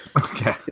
Okay